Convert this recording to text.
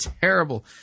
terrible